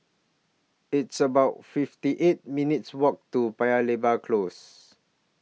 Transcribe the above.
It's about fifty eight minutes' Walk to Paya Lebar Close